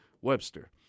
Webster